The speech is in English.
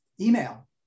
email